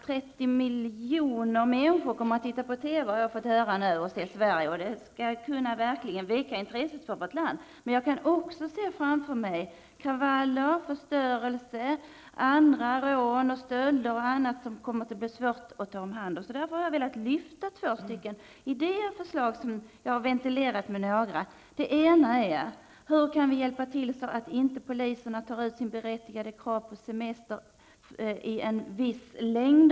30 miljoner människor kommer att se tävlingarna på TV, har jag fått höra, och det kan verkligen öka intresset för vårt land. Men jag kan också se framför mig kravaller, förstörelse, rån och stölder och annat som det kommer att bli svårt att ta hand om. Jag har därför velat lyfta fram två idéer och förslag som jag tidigare har ventilerat med några andra. Det ena gäller hur vi kan hjälpa till att se till så att poliserna inte tar ut sin berättigade semester i samband med tävlingarna.